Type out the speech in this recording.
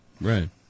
Right